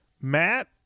Matt